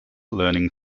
learning